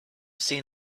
seen